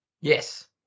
Yes